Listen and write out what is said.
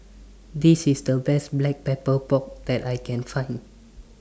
This IS The Best Black Pepper Pork that I Can Find